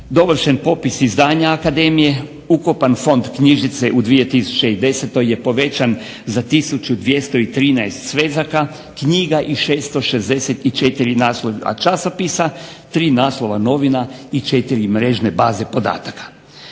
dovršen popis izdanja akademije. Ukupan fond knjižnice u 2010. je povećan za 1213 svezaka, knjiga i 664 naslovna časopisa, 3 naslova novina i 4 mrežne baze podataka.